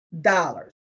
dollars